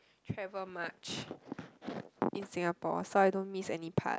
travel much in Singapore so I don't miss any part